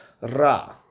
Ra